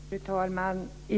Fru talman!